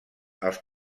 als